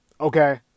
Okay